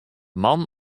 man